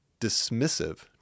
dismissive